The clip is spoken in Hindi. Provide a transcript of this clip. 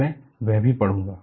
मैं वह भी पढ़ूंगा